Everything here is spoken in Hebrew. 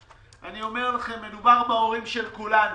אני אומר לכם, מדובר בהורים של כולנו.